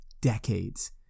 decades